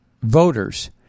voters